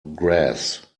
grass